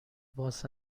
باز